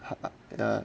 ya